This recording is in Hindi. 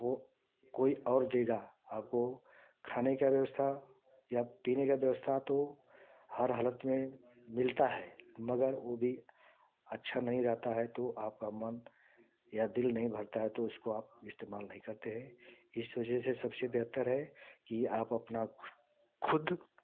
वो कोई और देगा आपको खाने का व्यवस्था या पीने का व्यवस्था तो हर हालत में मिलता है मगर वो भी अच्छा नहीं रहता है तो आपका मन या दिल नहीं भरता है तो उसको आप इस्तेमाल नहीं करते हैं इस वजह से सबसे बेहतर है कि आप अपना ख़ुद